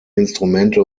instrumente